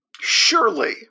surely